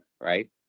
right